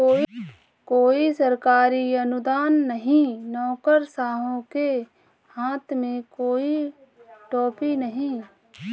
कोई सरकारी अनुदान नहीं, नौकरशाहों के हाथ में कोई टोपी नहीं